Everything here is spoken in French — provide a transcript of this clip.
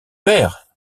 maire